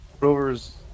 Rovers